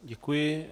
Děkuji.